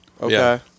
Okay